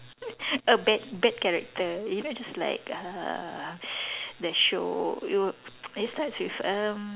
a bad bad character you know just like uh that show it will it starts with um